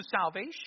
salvation